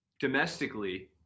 domestically